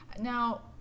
Now